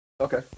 Okay